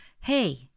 Hey